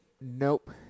Nope